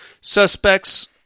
Suspects